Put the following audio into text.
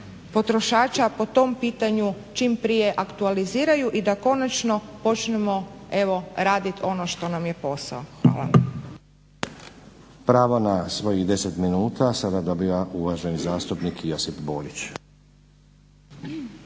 potrošača po tom pitanju čim prije aktualiziraju i da konačno počnemo evo radit ono što nam je posao. Hvala.